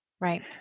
Right